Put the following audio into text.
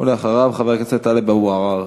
ואחריו, חבר הכנסת טלב אבו עראר.